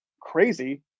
crazy